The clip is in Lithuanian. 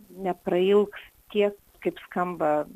neprailgs tie kaip skamba